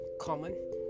common